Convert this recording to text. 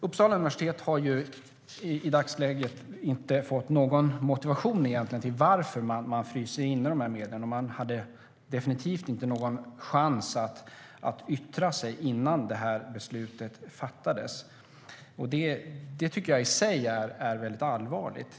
Uppsala universitet har i dagsläget inte fått någon motivering varför man låter medlen frysa inne, och man fick definitivt ingen chans att yttra sig innan beslutet fattades. Det tycker jag i sig är allvarligt.